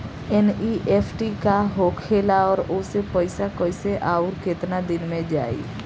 NEFT का होखेला और ओसे पैसा कैसे आउर केतना दिन मे जायी?